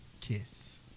Kiss